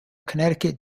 connecticut